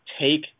take